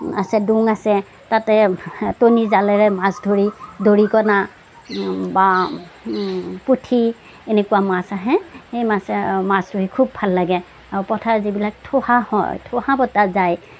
আছে ডোং আছে তাতে টুনি জালেৰে মাছ ধৰি দৰিকণা বা পুঠি এনেকুৱা মাছ আহে সেই মাছে মাছ ধৰি খুব ভাল লাগে আৰু পথাৰত যিবিলাক ঠুহা হয় ঠুহা পতা যায়